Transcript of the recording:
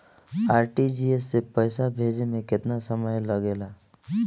RTGS से पैसा भेजे में केतना समय लगे ला?